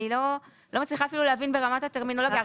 אני לא מצליחה אפילו להבין ברמת הטרמינולוגיה.